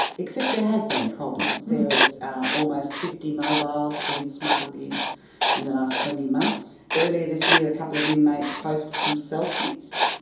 except there have been problems, there was almost fifty mobiles have been smuggled in in the last twenty months. earlier this year a couple of inmates posted some selfies.